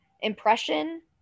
impression